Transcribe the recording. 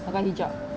pakai hijab